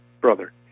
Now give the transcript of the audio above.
brother